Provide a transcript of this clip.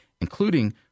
including